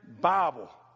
Bible